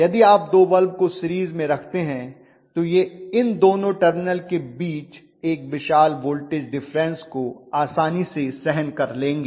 यदि आप दो बल्ब को सीरीज में रखते हैं तो यह इन दोनों टर्मिनल के बीच एक विशाल वोल्टेज डिफरेंस को आसानी से सहन कर लेंगे